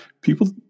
people